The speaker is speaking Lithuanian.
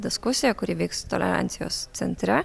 diskusija kuri vyks tolerancijos centre